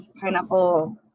pineapple